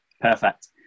Perfect